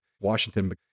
Washington